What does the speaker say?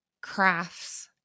crafts